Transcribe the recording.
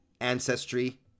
ancestry